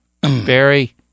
Barry